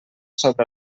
sobre